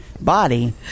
Body